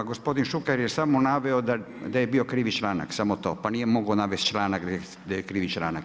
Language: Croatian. Gospodin Šuker je samo naveo da je bio krivi članak, samo to pa nije mogao navesti članak da je krivi članak.